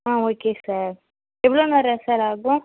ஆ okay sir எவ்வளோ நேரம் sir ஆகும்